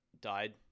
died